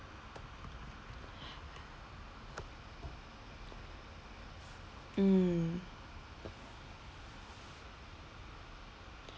mm